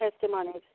testimonies